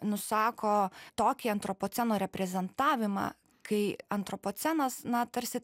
nusako tokį antropoceno reprezentavimą kai antropocenas na tarsi